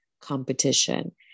competition